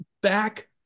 back